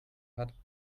hat